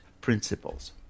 principles